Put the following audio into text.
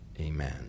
amen